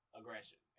aggression